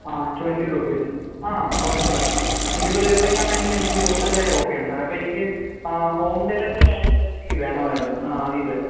ആ twenty rupees ആ കുഴപ്പം ഇല്ല ഇരുപത് രൂപയ്ക്ക് ആണെങ്കിൽ എനിക്ക് ബൂസ്റ്റർ ചായ ഓക്കെയാണ് സാറെ അപ്പം എനിക്ക് ഹോം ഡെലിവറി ആയിട്ട് എനിക്ക് വേണമായിരുന്നു ആ ഇത്